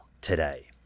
today